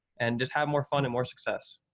and just have more fun and more success.